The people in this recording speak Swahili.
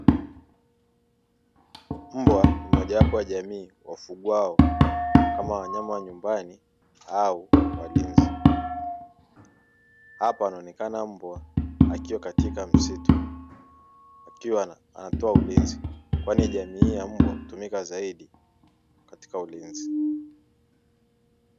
Mbwa ni mojawapo ya jamii wafugwao kama wanyama wa nyumbani au walinzi. Hapa anaonekana mbwa akiwa katika msitu, akiwa anatoa ulinzi, kwani jamii hii ya mbwa hutumika zaidi katika ulinzi.